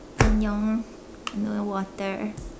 Annyeong I don't need water